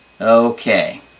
Okay